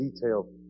detail